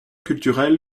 culturel